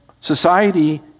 society